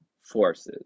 forces